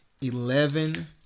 eleven